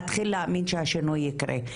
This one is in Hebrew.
אני אתחיל להאמין שהשינוי יקרה.